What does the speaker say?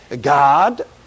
God